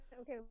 Okay